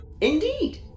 Indeed